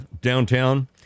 Downtown